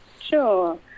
Sure